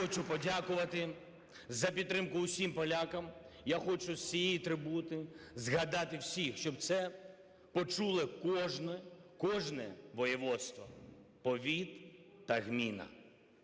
я хочу подякувати за підтримку усім полякам. Я хочу з цієї трибуни згадати усіх, щоб це почуло кожне воєводство, повіт та ґміна,